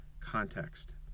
context